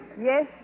Yes